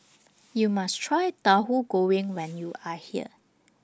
YOU must Try Tauhu Goreng when YOU Are here